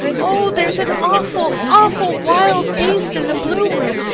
oh, there's an awful, awful wild beast in the blue room,